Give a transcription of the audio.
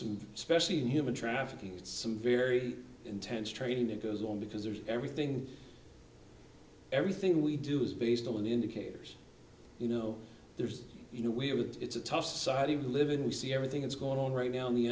some especially human trafficking some very intense training that goes on because there's everything everything we do is based on the indicators you know there's you know we're with it's a tough side of who live in we see everything that's going on right now in the